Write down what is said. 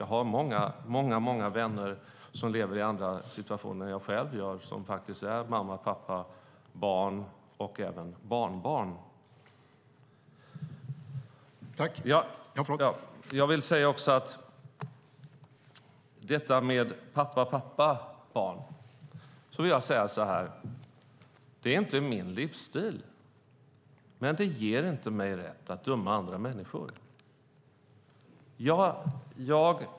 Jag har många vänner som lever i andra situationer än jag själv som faktiskt har en familj som består av mamma, pappa, barn och även barnbarn. Jag vill säga också att när det gäller pappa-pappa-barn är det inte min livsstil, men det ger mig inte rätt att döma andra människor.